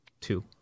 two